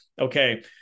okay